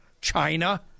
China